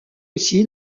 aussi